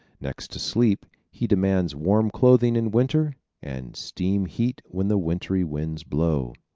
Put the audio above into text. next to sleep he demands warm clothing in winter and steam heat when the wintry winds blow.